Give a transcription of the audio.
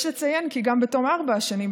יש לציין כי גם בתום ארבע השנים,